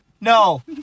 No